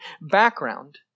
background